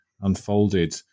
unfolded